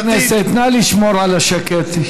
חברי הכנסת, נא לשמור על השקט.